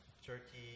Turkey